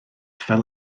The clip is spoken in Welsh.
fel